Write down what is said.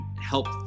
help